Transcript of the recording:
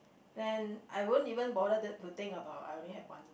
then I wouldn't even bother that to think about I only have one